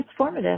transformative